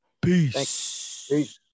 Peace